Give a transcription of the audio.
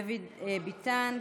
דוד ביטן,